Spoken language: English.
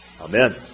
Amen